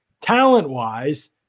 talent-wise